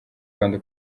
rwanda